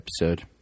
episode